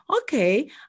okay